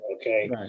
okay